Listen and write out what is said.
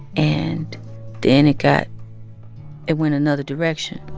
and then it got it went another direction.